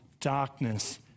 darkness